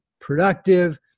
productive